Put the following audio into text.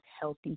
healthy